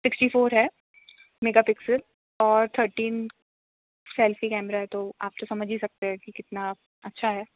sixty four है mega pixel और thirteen selfie camera है तो आप तो समझ ही सकते हैं कि कितना अच्छा है